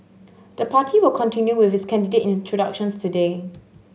the party will continue with its candidate introductions today